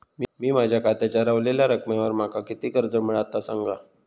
मी माझ्या खात्याच्या ऱ्हवलेल्या रकमेवर माका किती कर्ज मिळात ता सांगा?